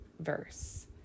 Verse